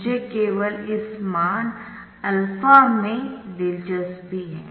मुझे केवल इस मान α में दिलचस्पी है